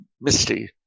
misty